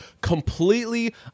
completely